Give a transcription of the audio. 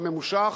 הממושך,